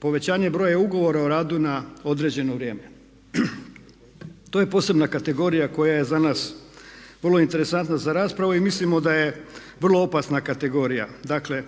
Povećanje broja ugovora o radu na određeno vrijeme, to je posebna kategorija koja je za nas vrlo interesantna za raspravu. Mislimo da je vrlo opasna kategorija. Dakle,